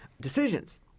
decisions